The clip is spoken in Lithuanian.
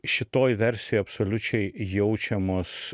šitoj versijoj absoliučiai jaučiamos